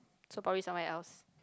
so probably someone else